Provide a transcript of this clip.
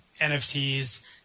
NFTs